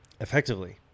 effectively